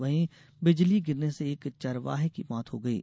वहीं बिजली गिरने से एक चरवाहे की मौत हो गयी